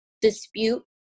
dispute